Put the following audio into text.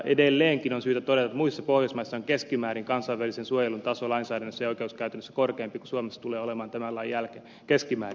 edelleenkin on syytä todeta että muissa pohjoismaissa on keskimäärin kansainvälisen suojelun taso lainsäädännössä ja oikeuskäytännössä korkeampi kuin suomessa tulee olemaan tämän lain jälkeen keskimäärin